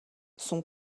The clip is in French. son